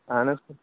اَہَن حظ